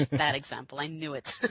bad example, i knew it.